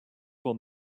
will